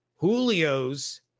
Julio's